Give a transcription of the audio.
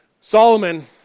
Solomon